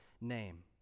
name